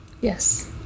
Yes